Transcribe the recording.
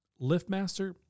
Liftmaster